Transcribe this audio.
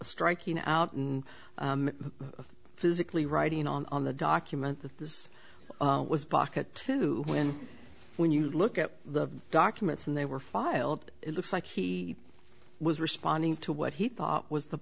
striking out and physically writing on the documents that this was baka to when when you look at the documents and they were filed it looks like he was responding to what he thought was the